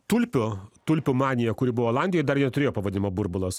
tulpių tulpių manija kuri buvo olandijoj dar neturėjo pavadinimo burbulas